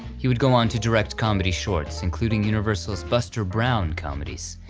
he would go on to direct comedy shorts including universal's buster brown comedies,